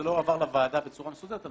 זה לא הועבר לוועדה בצורה מסודרת,